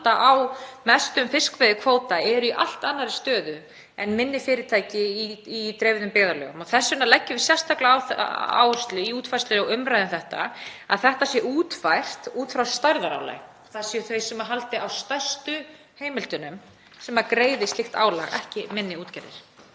sem halda á mestum fiskveiðikvóta, eru í allt annarri stöðu en minni fyrirtæki í dreifðum byggðarlögum. Þess vegna leggjum við sérstaka áherslu á það í útfærslu og umræðu um þetta mál að þetta sé útfært út frá stærðarálagi, að það séu þau sem haldi á stærstu heimildunum sem greiði slíkt álag, ekki minni útgerðir.